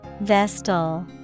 Vestal